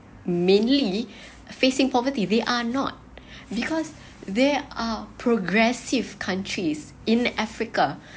mainly facing poverty they are not because they are progressive countries in africa